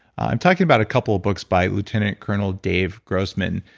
i'm talking about a couple books by lieutenant colonel dave grossman,